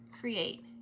create